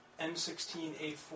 M16A4